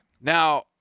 Now